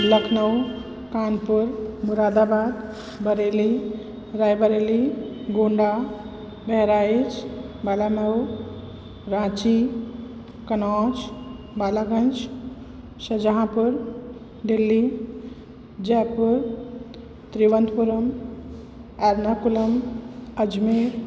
लखनऊ कानपुर मुरादाबाद बरेली राय बरेली गोंदा भैराइच बालानउ राची कनौज बालागंज शजाहपुर दिल्ली जयपुर त्रिवंतपुरम अरनोकुलम अजमेर